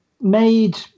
made